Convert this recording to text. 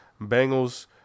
Bengals